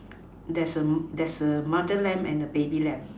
there's a mother lamb and a baby lamb